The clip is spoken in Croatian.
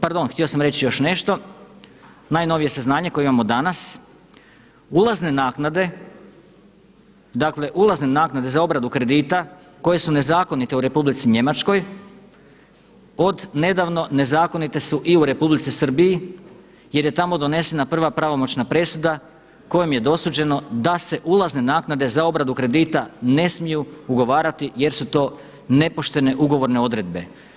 Pardon, htio sam reći još nešto, najnovije saznanje koje imamo danas, ulazne naknade, dakle ulazne naknade za obradu kredita koje su nezakonite u Republici Njemačkoj od nedavno nezakonite su i u Republici Srbiji jer je tamo donesena prva pravomoćna presuda kojom je dosuđeno da se ulazne naknade za obradu kredita ne smiju ugovarati jer su to nepoštene ugovorne odredbe.